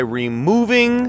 removing